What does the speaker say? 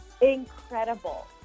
incredible